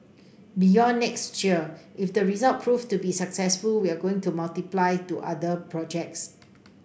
beyond next year if the result proved to be successful we are going to multiply to other projects